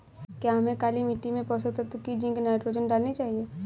क्या हमें काली मिट्टी में पोषक तत्व की जिंक नाइट्रोजन डालनी चाहिए?